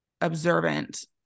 observant